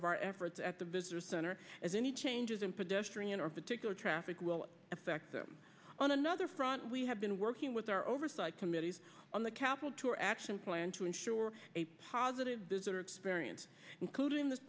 of our efforts at the visitor center as any changes in pedestrian or particular traffic will affect them on another front we have been working with our oversight committees on the capitol to our action plan to ensure a positive experience included in th